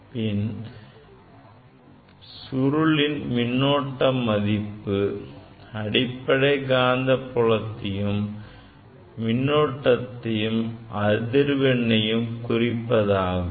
மின் சுருளின் மின்னோட்ட மதிப்பு அடிப்படையில் காந்தப்புலத்தையும் மின்னோட்டத்தின் அதிர்வெண்ணையும் குறிப்பதாகும்